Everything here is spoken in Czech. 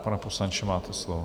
Pane poslanče, máte slovo.